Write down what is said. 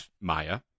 Maya